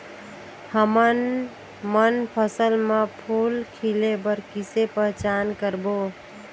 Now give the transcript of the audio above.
हमन मन फसल म फूल खिले बर किसे पहचान करबो?